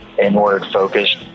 inward-focused